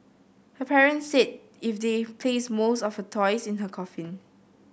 her parents said if they placed most of her toys in her coffin